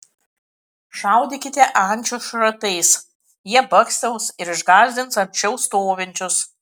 šaudykite ančių šratais jie bakstels ir išgąsdins arčiau stovinčius